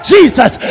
Jesus